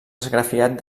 esgrafiat